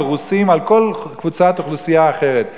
על רוסים ועל קבוצת אוכלוסייה אחרת.